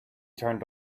turned